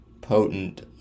potent